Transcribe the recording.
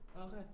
Okay